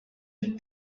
little